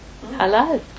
Hello